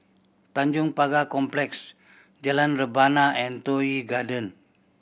Tanjong Pagar Complex Jalan Rebana and Toh Yi Garden